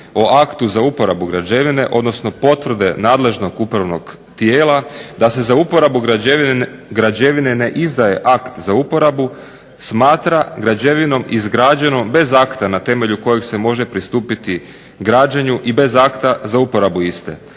o aktu za uporabu građevine, odnosno potvrde nadležnog upravnog tijela da se za uporabu građevine ne izdaje akt za uporabu smatra građevinom izgrađenu bez akta na temelju kojeg se može pristupiti građenju i bez akta za uporabu iste.